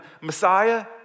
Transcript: Messiah